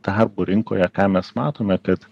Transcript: darbo rinkoje ką mes matome kad